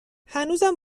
هنوزم